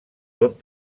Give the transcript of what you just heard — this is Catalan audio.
tot